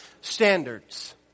standards